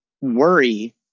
worry